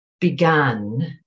began